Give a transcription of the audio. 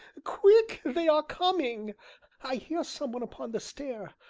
quick they are coming i hear some one upon the stair.